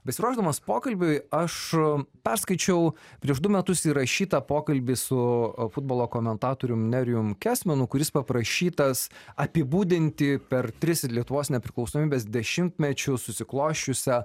besiruošdamas pokalbiui aš perskaičiau prieš du metus įrašytą pokalbį su futbolo komentatorium nerijumi kesminu kuris paprašytas apibūdinti per tris lietuvos nepriklausomybės dešimtmečius susiklosčiusią